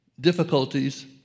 difficulties